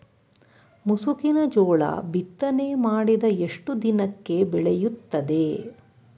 ಮುಸುಕಿನ ಜೋಳ ಬಿತ್ತನೆ ಮಾಡಿದ ಎಷ್ಟು ದಿನಕ್ಕೆ ಬೆಳೆಯುತ್ತದೆ?